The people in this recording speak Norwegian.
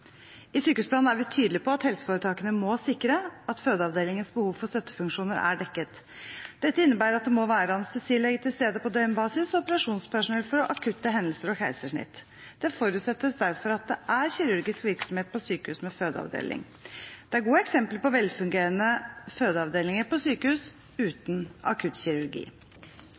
I sykehusplanen er vi tydelige på at helseforetakene må sikre at fødeavdelingenes behov for støttefunksjoner er dekket. Dette innebærer at det må være anestesilege til stede på døgnbasis og operasjonspersonell for akutte hendelser og keisersnitt. Det forutsettes derfor at det er kirurgisk virksomhet på sykehus med fødeavdeling. Det er gode eksempler på velfungerende fødeavdelinger på sykehus uten akuttkirurgi.